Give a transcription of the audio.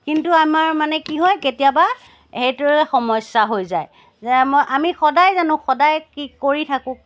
কিন্তু আমাৰ মানে কি হয় কেতিয়াবা সেইটোৰে সমস্যা হৈ যায় যে আমি সদাই জানো সদাই কি কৰি থাকো